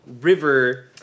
River